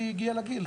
כי היא הגיעה לגיל,